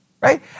Right